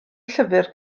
llyfr